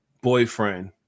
boyfriend